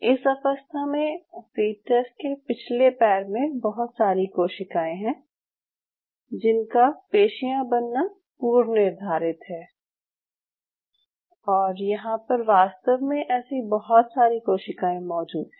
इस अवस्था में फ़ीटस के पिछले पैर में बहुत सारी कोशिकाएं हैं जिनका पेशियाँ बनना पूर्वनिर्धारित है और यहाँ पर वास्तव में ऐसी बहुत सारी कोशिकाएं मौजूद हैं